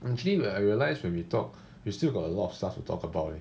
well actually I realised when we talk we still got a lot of stuff to talk about leh